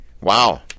Wow